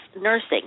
nursing